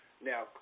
Now